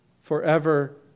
forever